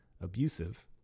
abusive